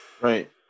Right